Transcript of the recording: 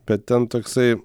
bet ten toksai